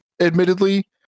admittedly